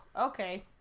okay